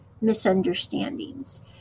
misunderstandings